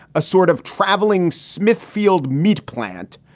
a sort of traveling smithfield meat plant,